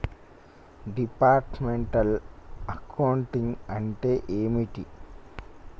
Departmental accounting అంటే ఏమిటి?